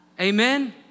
Amen